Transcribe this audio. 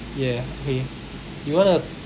ya okay you wanna